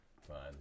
Fine